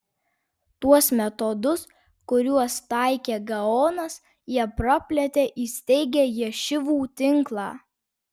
tuos metodus kuriuos taikė gaonas jie praplėtė įsteigę ješivų tinklą